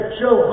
show